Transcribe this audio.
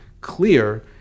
clear